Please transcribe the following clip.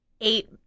eight